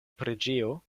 preĝejo